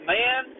man